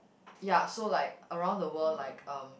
ya so like around the world like um